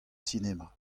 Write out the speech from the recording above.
sinema